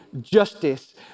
justice